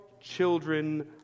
children